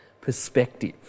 perspective